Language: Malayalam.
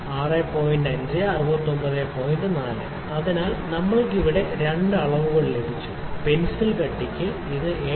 4 അതിനാൽ നമ്മൾക്ക് ഇവിടെ രണ്ട് അളവ്കൾ ലഭിച്ചു പെൻസിൽ കട്ടിക്ക് ഇത് 7